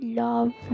love